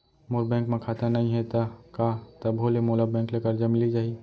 मोर bank म खाता नई हे त का तभो ले मोला बैंक ले करजा मिलिस जाही?